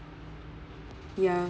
ya